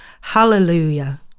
Hallelujah